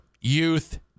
Youth